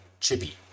chippy